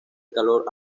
color